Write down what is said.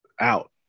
out